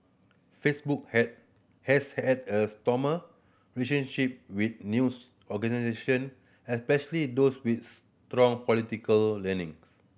Facebook had has had a stormy with news organisation especially those with strong political leaning